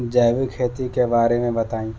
जैविक खेती के बारे में बताइ